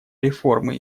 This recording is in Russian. реформы